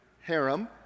harem